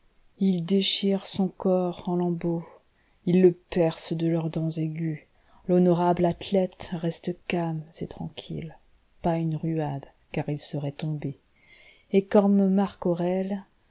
ils déchirent son corps en lambeaux ils le percent de leurs dents aiguës l'honorable athlète reste calme et tranquille pas une ruade car il serait tombé et comme